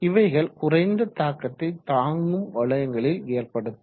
இவைகள் குறைந்த தாக்கத்தை தாங்கும் வளையங்களில் ஏற்படுத்தும்